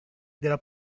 della